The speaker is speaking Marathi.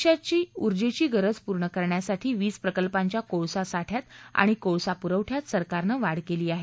देशाची ऊर्जेची गरज पूर्ण करण्यासाठी वीज प्रकल्पांच्या कोळसा साठ्यात आणि कोळसा पुरवठ्यात सरकारनं वाढ केली आहे